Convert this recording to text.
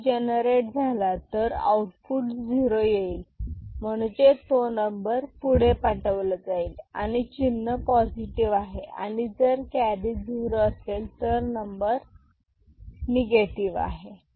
carry generate झाला तर output zero येईल म्हणजे तो नंबर पुढे पाठवला जाईल आणि चिन्ह पॉझिटिव आहे आणि जर कॅरी झिरो असेल तर नंबर निगेटिव्ह आहे